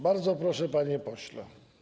Bardzo proszę, panie pośle.